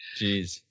Jeez